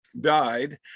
died